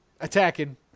attacking